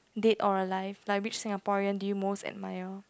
dead or alive like which Singaporean do you most admire